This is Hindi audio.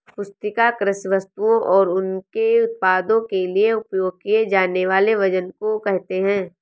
पुस्तिका कृषि वस्तुओं और उनके उत्पादों के लिए उपयोग किए जानेवाले वजन को कहेते है